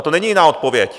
Na to není jiná odpověď.